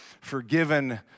forgiven